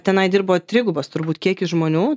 tenai dirbo trigubas turbūt kiekis žmonių